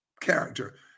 character